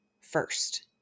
first